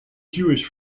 jewish